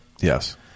Yes